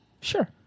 Sure